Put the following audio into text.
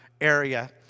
area